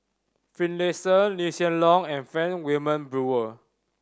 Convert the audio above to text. Finlayson Lee Hsien Loong and Frank Wilmin Brewer